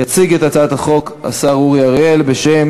יציג את הצעת החוק השר אורי אריאל, בשם